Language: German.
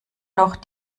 noch